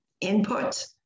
input